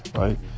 right